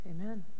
Amen